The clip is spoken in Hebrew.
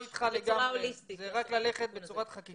רק ללכת בצורת חקיקה.